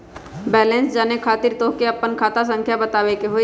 Balance जाने खातिर तोह के आपन खाता संख्या बतावे के होइ?